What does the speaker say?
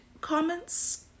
comments